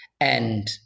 and-